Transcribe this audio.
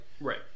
Right